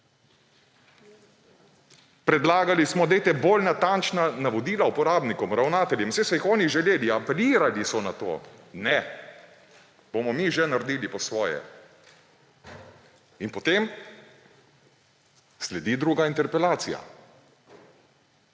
Predlagali smo, da dajte bolj natančna navodila uporabnikom, ravnateljem, saj so jih oni želeli, apelirali so na to. Ne, bomo mi že naredili po svoje. In potem sledi druga interpelacija.